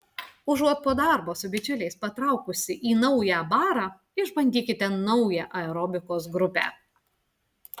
užuot po darbo su bičiuliais patraukusi į naują barą išbandykite naują aerobikos grupę